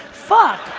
fuck